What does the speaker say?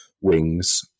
wings